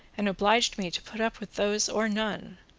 and obliged me to put up with those or none,